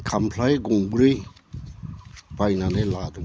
खामफ्लाय गंब्रै बायनानै लादों